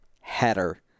header